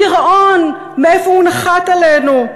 הגירעון, מאיפה הוא נחת עלינו?